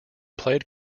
played